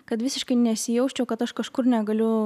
kad visiškai nesijausčiau kad aš kažkur negaliu